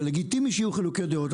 זה לגיטימי שיהיו חילוקי דעות.